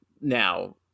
now